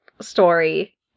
story